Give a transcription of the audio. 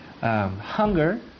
hunger